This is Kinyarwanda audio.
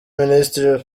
ministre